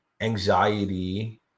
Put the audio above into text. anxiety